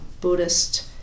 Buddhist